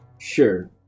Sure